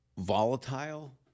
Volatile